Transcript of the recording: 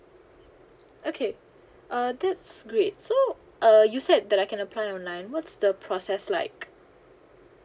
okay uh that's great so uh you said that I can apply online what's the process like